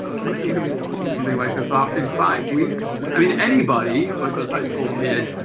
can i really pull something like this off in five weeks? i mean anybody, like those high school kids,